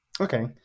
Okay